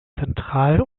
zentral